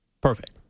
Perfect